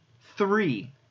Three